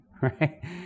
right